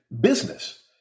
business